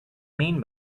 mean